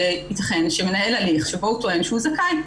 ייתכן שמנהל הליך שבו הוא טוען שהוא זכאי.